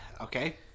okay